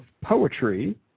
poetry